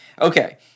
Okay